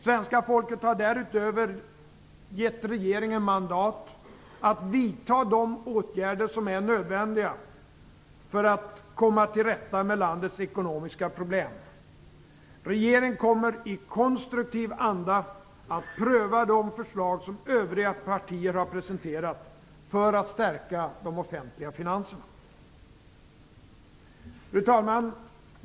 Svenska folket har därutöver gett regeringen mandat att vidta de åtgärder som är nödvändiga för att komma till rätta med landets ekonomiska problem. Regeringen kommer i konstruktiv anda att pröva de förslag som övriga partier har presenterat för att stärka de offentliga finanserna. Fru talman!